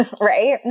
right